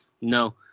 no